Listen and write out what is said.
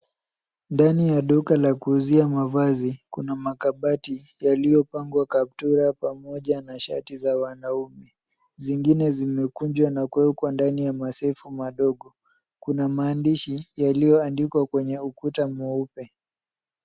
Ndani ya duka la kuuzia mavazi kuna makabati yaliyopangwa kaptura pamoja na shati za wanaume. Zingine zimekunjwa na kuwekwa ndani ya masefu madogo. Kuna maandishi yaliyoandikwa kwenye ukuta mweupe.